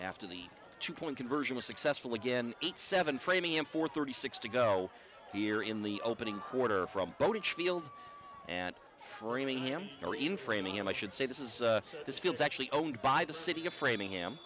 after the two point conversion was successful again eight seven framingham four thirty six to go here in the opening quarter from bowditch field and framingham there in framingham i should say this is his fields actually owned by the city of framingham